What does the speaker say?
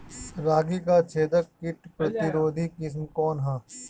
रागी क छेदक किट प्रतिरोधी किस्म कौन ह?